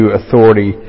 authority